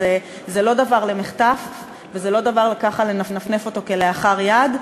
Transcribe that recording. זה לא דבר למחטף או לנפנף אותו כלאחר יד,